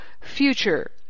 future